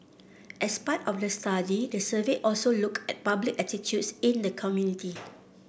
as part of the study the survey also looked at public attitudes in the community